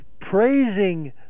praising